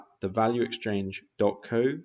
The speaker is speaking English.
thevalueexchange.co